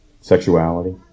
sexuality